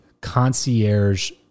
concierge